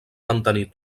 mantenir